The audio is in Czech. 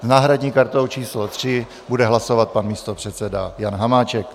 S náhradní kartou číslo 3 bude hlasovat pan místopředseda Jan Hamáček.